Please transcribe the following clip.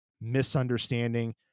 misunderstanding